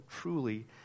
truly